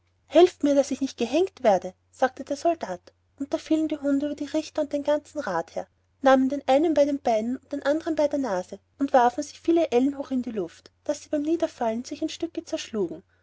helft mir daß ich nicht gehängt werde sagte der soldat und da fielen die hunde über die richter und den ganzen rat her nahmen den einen bei den beinen und den andern bei der nase und warfen sie viele ellen hoch in die luft daß sie beim niederfallen sich in stücke zerschlugen